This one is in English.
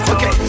Okay